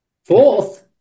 Fourth